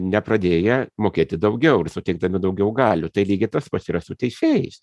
nepradėję mokėti daugiau ir suteikdami daugiau galių tai lygiai tas pats yra su teisėjais